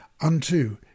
unto